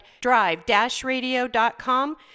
drive-radio.com